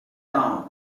town